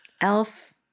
Elf